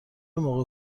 موقع